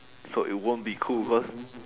so it won't be cool cause